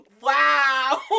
Wow